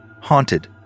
haunted